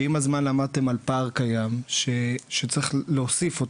אם במהלך הזמן למדתם על פער קיים שצריך להוסיף,